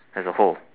as a whole